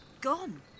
gone